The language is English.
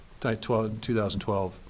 2012